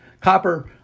Copper